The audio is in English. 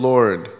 Lord